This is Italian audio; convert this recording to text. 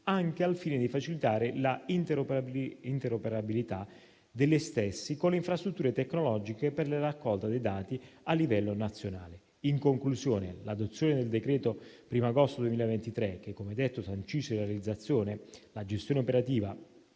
anche al fine di facilitare l'interoperabilità degli stessi con le infrastrutture tecnologiche per la raccolta dei dati a livello nazionale. In conclusione, l'adozione del decreto del 1° agosto 2023, che come detto sancisce la realizzazione, la gestione operativa